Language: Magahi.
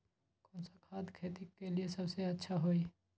कौन सा खाद खेती ला सबसे अच्छा होई?